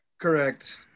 Correct